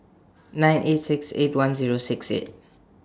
nine eight six eight one Zero six eight